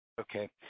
Okay